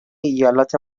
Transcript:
ایالات